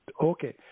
Okay